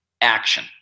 action